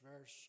verse